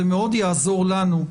זה מאוד יעזור לנו.